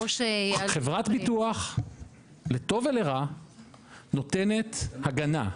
חברת ביטוח לטוב ולרע נותנת הגנה.